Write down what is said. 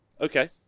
okay